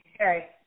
Okay